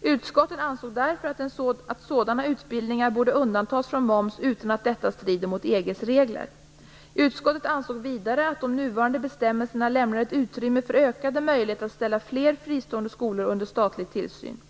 Utskotten ansåg därför att sådana utbildningar borde undantas från moms utan att detta strider mot EG:s regler. Utskotten ansåg vidare att de nuvarande bestämmelserna lämnar ett utrymme för ökade möjligheter att ställa fler fristående skolor under statlig tillsyn.